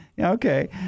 Okay